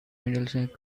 middlesex